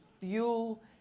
fuel